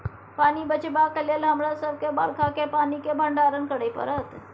पानि बचेबाक लेल हमरा सबके बरखा केर पानि केर भंडारण करय परत